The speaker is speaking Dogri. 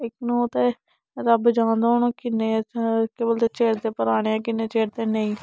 लेकिन ओह् ते रब्ब जानदा हून ओह् किन्ने केह् बोलदे किन्ने चेर दे पराने ऐ किन्ने चेर दे नेईं